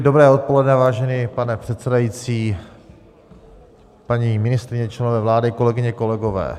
Dobré odpoledne, vážený pane předsedající, paní ministryně, členové vlády, kolegyně, kolegové.